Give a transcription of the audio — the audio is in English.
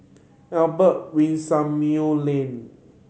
Albert Winsemius Lane